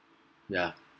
yeah